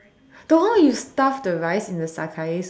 the more you stuff the rice in the Sakae Sushi